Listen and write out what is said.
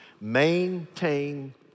Maintain